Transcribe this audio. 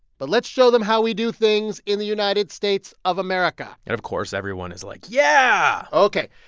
but let's show them how we do things in the united states of america and, of course, everyone is like, yeah ok.